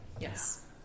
Yes